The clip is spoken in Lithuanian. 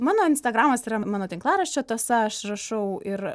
mano instagramas yra mano tinklaraščio tąsa aš rašau ir